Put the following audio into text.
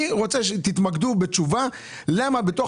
אני רוצה שתתמקדו בתשובה למה בתוך